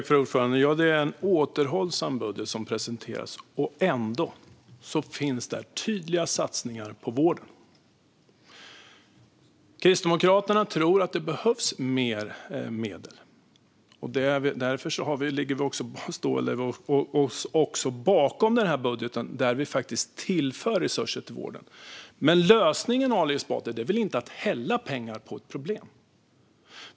Fru talman! Ja, det är en återhållsam budget som presenteras. Ändå finns där tydliga satsningar på vården. Kristdemokraterna tror att det behövs mer medel. Därför ställer vi oss bakom den här budgeten, där vi faktiskt tillför resurser till vården. Men lösningen, Ali Esbati, är väl inte att hälla pengar på ett problem?